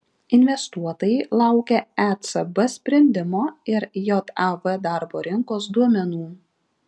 investuotojai laukia ecb sprendimo ir jav darbo rinkos duomenų